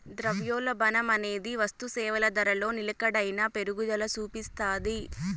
ద్రవ్యోల్బణమనేది వస్తుసేవల ధరలో నిలకడైన పెరుగుదల సూపిస్తాది